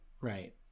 Right